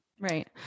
Right